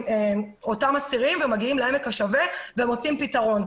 אותם אסירים ומגיעים לעמק השווה ומוצאים פתרון.